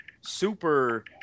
super